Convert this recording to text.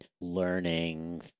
learning